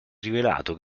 rivelato